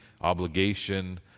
obligation